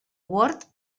word